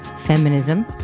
feminism